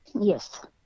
Yes